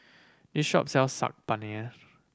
this shop sells Saag Paneer